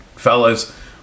Fellas